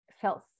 felt